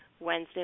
wednesday